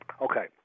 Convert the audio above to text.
Okay